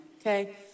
okay